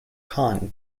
kahn